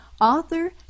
author